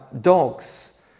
dogs